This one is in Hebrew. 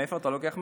מאיפה אתה לוקח?